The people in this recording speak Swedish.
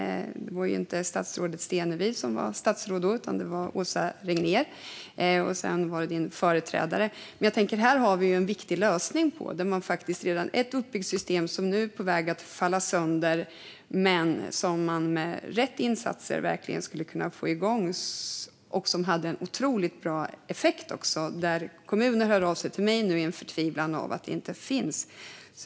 Det var inte statsrådet Stenevi som var statsråd då, utan det var Åsa Regnér och sedan statsrådet Stenevis företrädare. Jag tänker att här har vi en möjlig lösning. Det är ett redan uppbyggt system som nu är på väg att falla sönder men som man med rätt insatser skulle kunna få igång igen. Det hade en otroligt bra effekt. Kommuner hör nu av sig till mig i förtvivlan över att det inte finns.